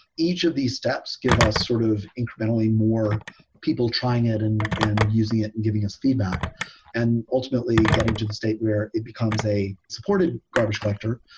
each of these steps give us sort of incrementally more people trying it and and using it and giving us feedback and ultimately getting to the state where it becomes a supported garbage collector.